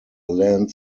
land